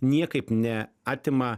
niekaip neatima